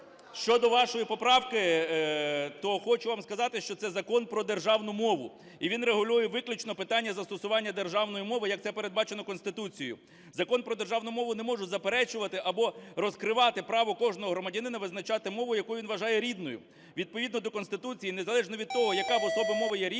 Щодо вашої поправки, то хочу вам сказати, що це Закон про державну мову - він регулює виключно питання застосування державної мови, як це передбачено Конституцією. Закон про державну мову не може заперечувати або розкривати право кожного громадянина визначати мову, яку він вважає рідною, відповідно до Конституції, не залежно від того, яка в особи мова є рідною,